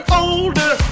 older